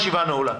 הישיבה נעולה.